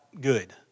good